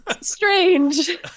strange